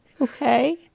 okay